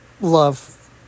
love